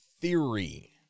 theory